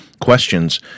questions